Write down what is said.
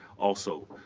also,